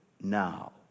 now